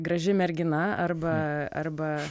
graži mergina arba arba